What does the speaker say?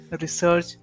research